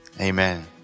amen